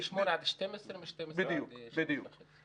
מ-08:00 עד 12:00 ומ-12:00 עד 20:30. בדיוק.